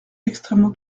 extrêmement